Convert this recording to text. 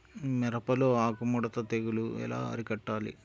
మిరపలో ఆకు ముడత తెగులు ఎలా అరికట్టాలి?